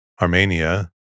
Armenia